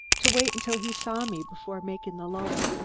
to wait until he saw me before making the loan.